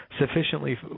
sufficiently